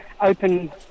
open